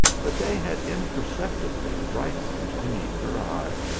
but they had imperceptibly ripened beneath her eye,